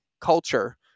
culture